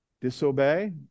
disobey